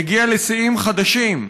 הוא מגיע לשיאים חדשים.